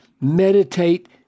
meditate